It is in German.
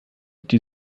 die